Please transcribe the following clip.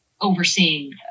overseeing